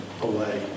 away